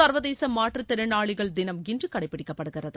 சர்வதேச மாற்றுத் திறனாளிகள் தினம் இன்று கடைபிடிக்கப்படுகிறது